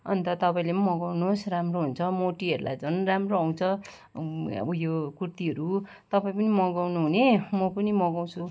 अन्त तपाईँले नि मगाउनुहोस् राम्रो हुन्छ मोटीहरूलाई झन् राम्रो आउँछ अब यो कुर्तीहरू तपाईँ पनि मगाउनु हुने म पनि मगाउँछु